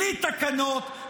בלי תקנות,